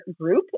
group